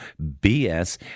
BS